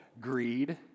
greed